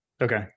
okay